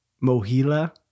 Mohila